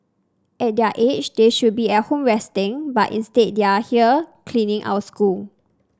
at their age they should be at home resting but instead they are here cleaning our school